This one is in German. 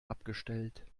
abgestellt